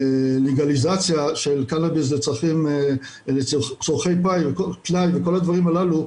הלגליזציה של קנביס לצרכי פנאי וכל הדברים הללו,